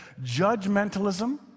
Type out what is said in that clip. judgmentalism